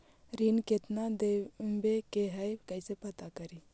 ऋण कितना देवे के है कैसे पता करी?